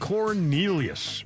Cornelius